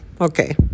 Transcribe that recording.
okay